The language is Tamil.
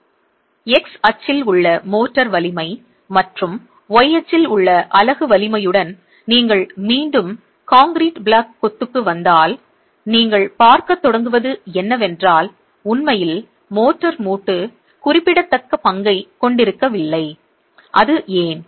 x அச்சில் உள்ள மோர்டார் வலிமை மற்றும் y அச்சில் உள்ள அலகு வலிமையுடன் நீங்கள் மீண்டும் கான்கிரீட் பிளாக் கொத்துக்கு வந்தால் நீங்கள் பார்க்கத் தொடங்குவது என்னவென்றால் உண்மையில் மோர்டார் மூட்டு குறிப்பிடத்தக்க பங்கைக் கொண்டிருக்கவில்லை அது ஏன்